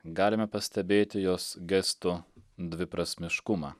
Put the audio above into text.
galime pastebėti jos gestu dviprasmiškumą